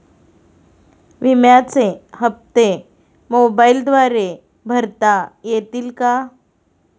विम्याचे हप्ते मोबाइलद्वारे भरता येतील का?